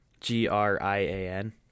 G-R-I-A-N